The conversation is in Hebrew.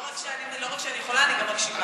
לא רק שאני יכולה, אני גם מקשיבה.